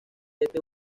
este